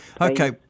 Okay